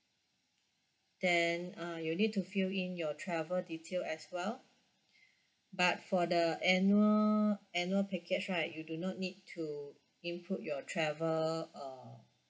then uh you need to fill in your travel detail as well but for the annual annual package right you do not need to input your travel uh